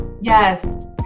yes